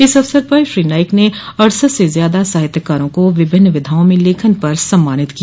इस अवसर पर श्री नाईक ने अड़सठ से ज़्यादा साहित्यकारों को विभिन्न विधाओं में लेखन पर सम्मानित किया